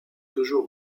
toujours